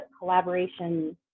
collaboration